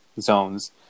zones